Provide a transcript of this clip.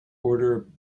order